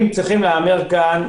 פתיחתם,